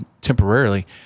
temporarily